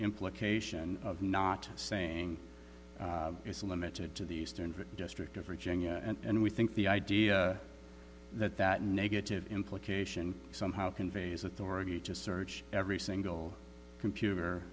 implication of not saying it's limited to the eastern district of virginia and we think the idea that that negative implication somehow conveys authority to search every single computer